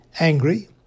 angry